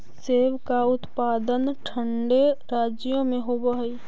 सेब का उत्पादन ठंडे राज्यों में होव हई